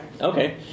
Okay